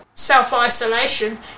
self-isolation